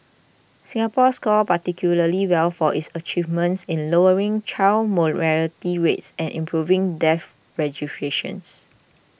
Singapore scored particularly well for its achievements in lowering child mortality rates and improving death registration